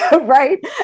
Right